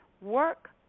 work